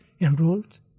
enrolled